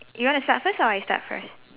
you want to start first or I start first